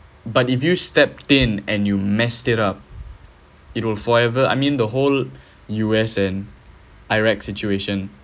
but if you step in and you messed it up it will forever I mean the whole U_S and iraq situation